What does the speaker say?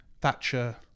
Thatcher